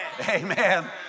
Amen